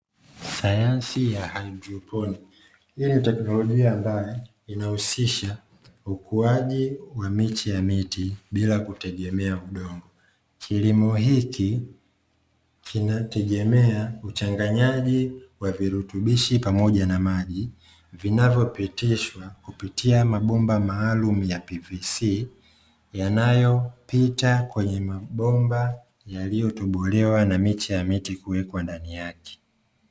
Sayansi ya haidroponi hii ni teknolojia ambayo inahusisha ukuaji wa miche ya miti bila kutegemea udongo. Kilimo hiki kinategemea uchanganyaji wa virutubishi pamoja na maji vinavyopitishwa kupitia mabomba maalum ya PVC, yanayopita kwenye mabomba yanayotubolewa na miche ya miti kuwekwa ndani yake.